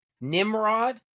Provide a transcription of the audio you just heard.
Nimrod